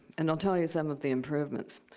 and i'll tell you some of the improvements.